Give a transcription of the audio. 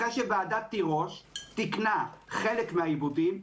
אחרי שוועדת תירוש תיקנה חלק מהעיוותים,